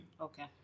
Okay